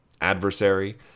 adversary